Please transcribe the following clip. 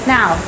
Now